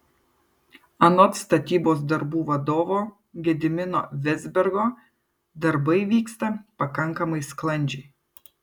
anot statybos darbų vadovo gedimino vezbergo darbai vyksta pakankamai sklandžiai